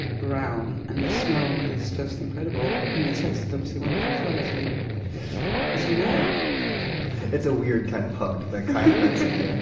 brown. and the smell is just incredible, and the taste is obviously wonderful, as well, as you as you know it's a weird kind of hug that kind of hurts at the and